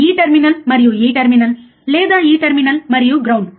ఈ టెర్మినల్ మరియు ఈ టెర్మినల్ లేదా ఈ టెర్మినల్ మరియు గ్రౌండ్